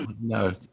no